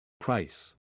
Price